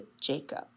Jacob